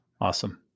Awesome